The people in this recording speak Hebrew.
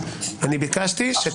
ביקשתי.